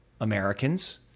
Americans